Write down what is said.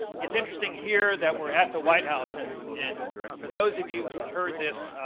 it's interesting here that we're at the white house and and for those of you who heard this,